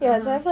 (uh huh)